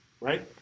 Right